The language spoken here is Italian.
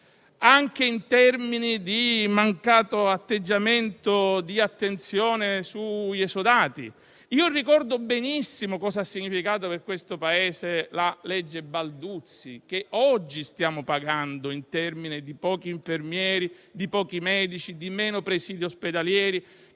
anche in termini di mancato atteggiamento di attenzione sugli esodati. Ricordo benissimo cosa ha significato per questo Paese la legge Balduzzi, che oggi stiamo pagando in termine di pochi infermieri e medici, di meno presidi ospedalieri